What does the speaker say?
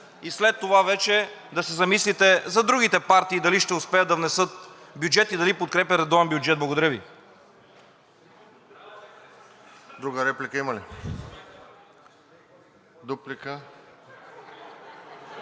и след това вече да се замислите за другите партии дали ще успеят да внесат бюджет и дали подкрепят редовен бюджет. Благодаря. ПРЕДСЕДАТЕЛ РОСЕН ЖЕЛЯЗКОВ: Друга реплика има ли? Дуплика?